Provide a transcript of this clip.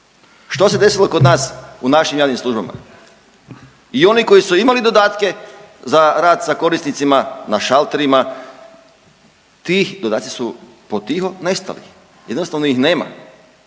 Što se desilo kod nas u našim javnim službama. I oni koji su imali dodatke za rad sa korisnicima na šalterima ti dodaci su potiho nestali. Jednostavno ih nema.